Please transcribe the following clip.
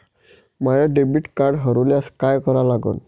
माय debit card हरोल्यास काय करा लागन?